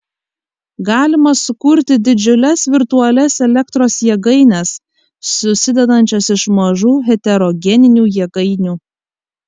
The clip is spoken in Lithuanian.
galima sukurti didžiules virtualias elektros jėgaines susidedančias iš mažų heterogeninių jėgainių